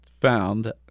found